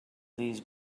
these